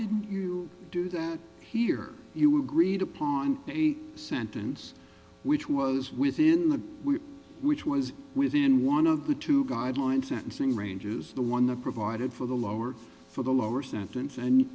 did you do that here you agreed upon a sentence which was within the week which was within one of the two guidelines sentencing ranges the one that provided for the lower for the lower sentence and